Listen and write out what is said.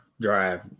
drive